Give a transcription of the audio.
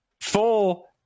full